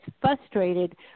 frustrated